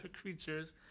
creatures